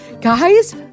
guys